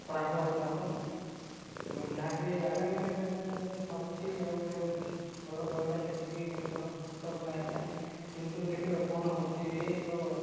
ଖରାପ ଲାଗୁଛି ମୋତେ ଯାହାକି ଆଗାମୀ ଦିନରେ ମୁଁ ଭାବୁଛି ଆଉ ଗୋଟେ ଭଲ ବଢ଼େଇଟା ଦେଖିକି ଭଲ ଖଟ ବନେଇବା ପାଇଁ କିନ୍ତୁ ଦେଖିବା କ'ଣ ହେଉଛି ଏଇ ତ